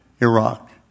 Iraq